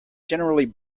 generally